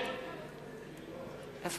אינו